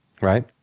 Right